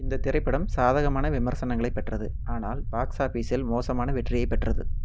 இந்த திரைப்படம் சாதகமான விமர்சனங்களைப் பெற்றது ஆனால் பாக்ஸ் ஆபிஸில் மோசமான வெற்றியைப் பெற்றது